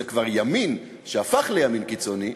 זה כבר ימין שהפך לימין קיצוני,